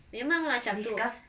memang lah macam itu